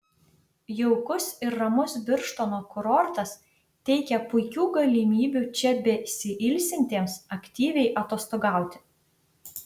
jaukus ir ramus birštono kurortas teikia puikių galimybių čia besiilsintiems aktyviai atostogauti